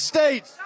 States